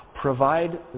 Provide